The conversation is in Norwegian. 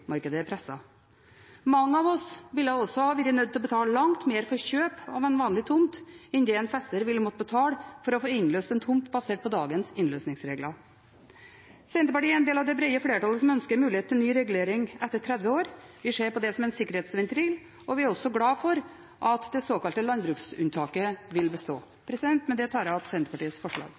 Mange av oss ville også ha vært nødt til å betale langt mer for kjøp av en vanlig tomt enn det en fester ville måtte betale for å få innløst en tomt basert på dagens innløsningsregler. Senterpartiet er en del av det brede flertallet som ønsker mulighet til ny regulering etter 30 år. Vi ser på det som en sikkerhetsventil, og vi er også glad for at det såkalte landbruksunntaket vil bestå. Med dette tar jeg opp Senterpartiets forslag.